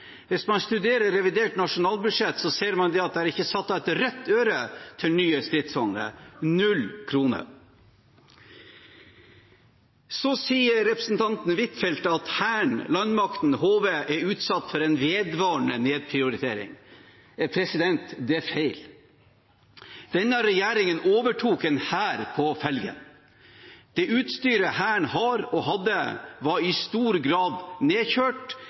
Hvis man studerer deres opplegg for revidert nasjonalbudsjett, ser man at det ikke er satt av et rødt øre til nye stridsvogner – null kroner. Så sier representanten Huitfeldt at Hæren, landmakten og HV er utsatt for en vedvarende nedprioritering. Det er feil. Denne regjeringen overtok en hær på felgen. Det utstyret Hæren hadde, og har, var i stor grad nedkjørt